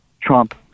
Trump